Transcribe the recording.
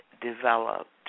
developed